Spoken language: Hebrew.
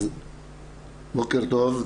בוקר טוב,